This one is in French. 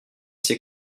c’est